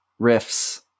riffs